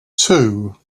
two